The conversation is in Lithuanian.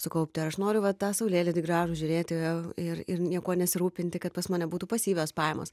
sukaupti ar aš noriu va tą saulėlydį gražų žiūrėti ir ir niekuo nesirūpinti kad pas mane būtų pasyvios pajamos